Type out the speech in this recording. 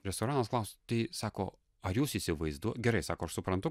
restoranas klausia tai sako ar jūs įsivaizduo gerai sako aš suprantu